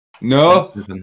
No